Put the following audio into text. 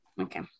okay